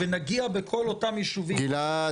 ונגיע בכל אותם ישובים --- גלעד קריב.